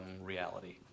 reality